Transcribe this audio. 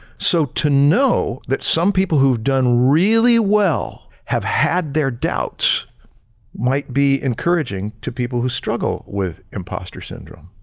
so to know that some people who've done really well have had their doubts might be encouraging to people who struggle with imposter syndrome.